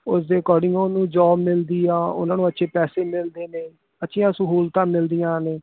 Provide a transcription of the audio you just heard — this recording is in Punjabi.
ਉਸ ਦੇ ਅਕੋਰਡਿੰਗ ਉਹਨੂੰ ਜੋਬ ਮਿਲਦੀ ਆ ਉਹਨਾਂ ਨੂੰ ਅੱਛੇ ਪੈਸੇ ਮਿਲਦੇ ਨੇ ਅੱਛੀਆਂ ਸਹੂਲਤਾਂ ਮਿਲਦੀਆਂ ਨੇ